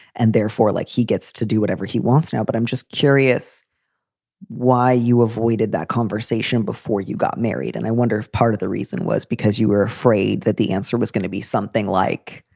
and therefore, like, he gets to do whatever he wants now. but i'm just curious why you avoided that conversation before you got married. and i wonder if part of the reason was because you were afraid that the answer was gonna be something like.